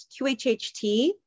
QHHT